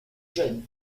jeunes